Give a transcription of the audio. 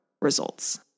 results